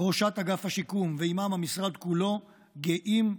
ראשת אגף השיקום ועימם המשרד כולו גאים להוביל.